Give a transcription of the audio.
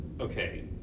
okay